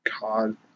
God